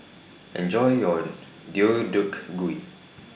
Enjoy your Deodeok Gui